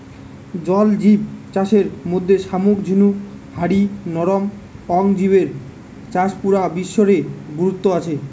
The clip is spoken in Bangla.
জল জিব চাষের মধ্যে শামুক ঝিনুক হারি নরম অং জিবের চাষ পুরা বিশ্ব রে গুরুত্ব আছে